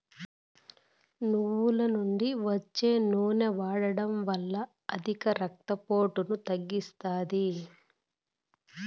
నువ్వుల నుండి వచ్చే నూనె వాడడం వల్ల అధిక రక్త పోటును తగ్గిస్తాది